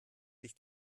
sich